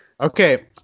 Okay